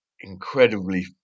incredibly